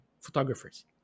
photographers